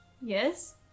Yes